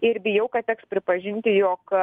ir bijau kad teks pripažinti jog